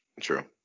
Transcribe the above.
true